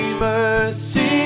mercy